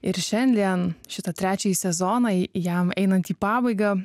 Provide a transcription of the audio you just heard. ir šiandien šitą trečiąjį sezoną į jam einant į pabaigą